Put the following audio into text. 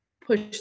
push